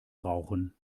rauchen